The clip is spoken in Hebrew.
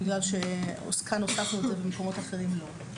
בגלל שכאן הוספנו את זה, ובמקומות אחרים לא.